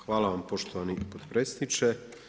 Hvala vam poštovani potpredsjedniče.